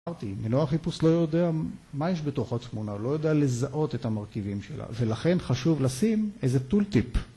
מנוח חיפוש לא יודע מה יש בתוך התמונה, לא יודע לזהות את המרכיבים שלה, ולכן חשוב לשים איזה טול טיפ.